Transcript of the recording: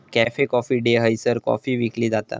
cafe coffee day हयसर coffee विकली जाता